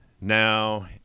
now